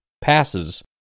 passes